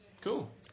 cool